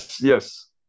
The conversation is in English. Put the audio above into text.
yes